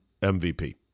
MVP